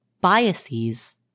biases